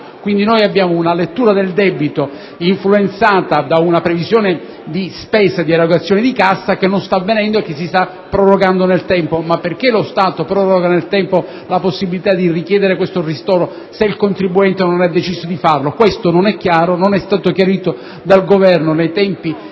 quindi si ha una lettura del debito influenzata da una previsione di spesa, di erogazione di cassa che non sta avvenendo e che si sta prorogando nel tempo. Ma perché lo Stato proroga nel tempo la possibilità di richiedere questo ristoro, se il contribuente non ha deciso di farlo? Questo non è chiaro, non è stato chiarito dal Governo entro il